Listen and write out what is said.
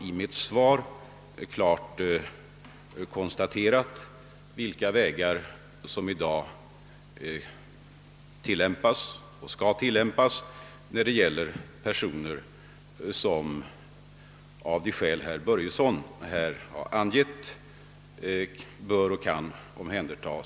I mitt svar har jag klart angivit vilka vägar vi i dag går fram på och vilka metoder som tillämpas när det gäller personer som bör och kan omhändertagas av de skäl som herr Börjesson i Falköping angivit.